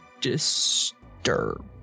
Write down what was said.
disturb